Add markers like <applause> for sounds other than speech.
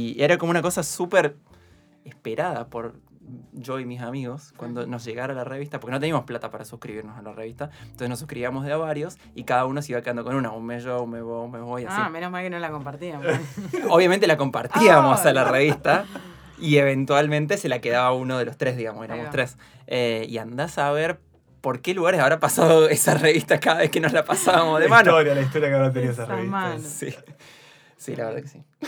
Y era como una cosa súper esperada por yo y mis amigos, Ajá. cuando nos llegara la revista, porque no teníamos plata para suscribirnos a la revista, entonces nos suscribíamos de a varios, y cada uno se iba quedando con una, "Un mes yo, un mes vos, un mes vos", y así. Ah, menos mal que no la compartíamos. <laughs> Obviamente la compartíamos Oh. a la revista, <laughs> y eventualmente se la quedaba uno de los tres, digamos, éramos Ahí va. tres. Eh, y andá a saber por qué lugares habrá pasado esa revista cada vez que nos la <laughs> pasábamos de La mano. historia, la historia que habrá tenido esa Esas revista. manos. Sí. Sí, la Ahí verdad va. que sí.